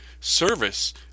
service